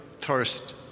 thirst